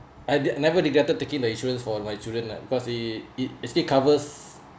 I'd never regretted taking the insurance for my children lah because it it is still covers